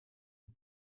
une